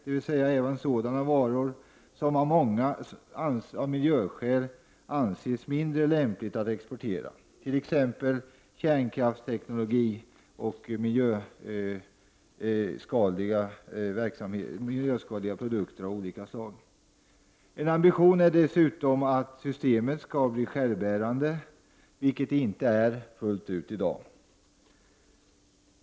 Det gäller med andra ord även sådana varor som av många av miljöskäl anses mindre lämpliga att exportera, t.ex. kärnkraftsteknologi och miljöskadliga produkter av olika slag. En ambition är dessutom att systemet skall bli självbärande, vilket det inte är fullt ut i dag.